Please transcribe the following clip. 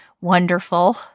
wonderful